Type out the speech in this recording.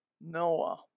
Noah